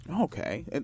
Okay